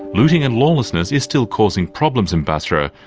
looting and lawlessness is still causing problems in basra,